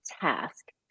task